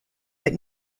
that